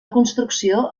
construcció